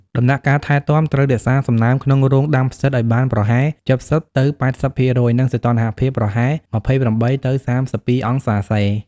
ដំណាក់កាលថែទាំត្រូវរក្សាសំណើមក្នុងរោងដាំផ្សិតឲ្យបានប្រហែល ៧០ទៅ៨០% និងសីតុណ្ហភាពប្រហែល ២៨ទៅ៣២ អង្សាសេ។